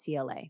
CLA